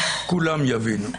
כולם יבינו.